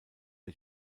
der